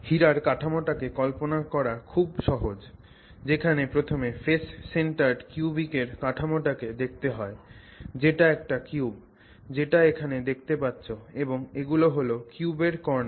হীরার কাঠামোটাকে কল্পনা করা খুবই সহজ যেখানে প্রথমে face centred cubic এর কাঠামোটাকে দেখতে হয় যেটা একটা কিউব যেটা এখানে দেখতে পাচ্ছ এবং এগুলো হল কিউবের কর্নার